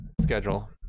schedule